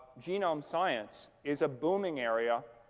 genome science is a booming area